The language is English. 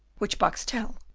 which boxtel,